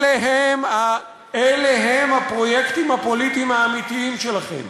אלה הם הפרויקטים הפוליטיים האמיתיים שלכם.